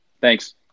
Thanks